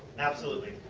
absolutely.